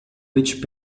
which